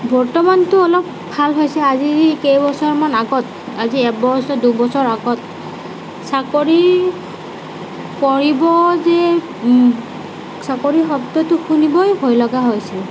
বৰ্তমানটো অলপ ভাল হৈছে আজি কেইবছৰমান আগত আজি এবছৰ দুবছৰ আগত চাকৰি কৰিব যে চাকৰি শব্দটো শুনিবই ভয় লগা হৈছিল